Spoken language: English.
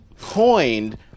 coined